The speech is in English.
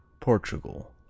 Portugal